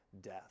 death